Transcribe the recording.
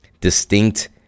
distinct